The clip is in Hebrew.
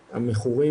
ואלכוהול.